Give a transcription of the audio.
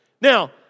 Now